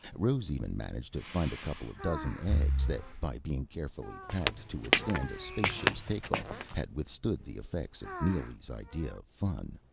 rose even managed to find a couple of dozen eggs, that by being carefully packed to withstand a spaceship's takeoff had withstood the effects of neely's idea of fun.